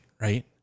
right